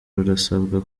rurasabwa